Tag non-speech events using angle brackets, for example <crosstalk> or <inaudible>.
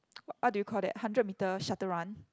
<noise> what do you call that hundred meter shutter run